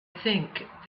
think